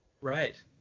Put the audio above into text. Right